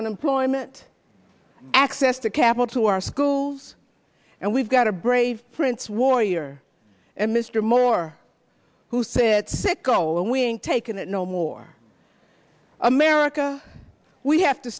unemployment access to capital to our schools and we've got a brave prince warrior and mr moore who said sicko and when taken at no more america we have to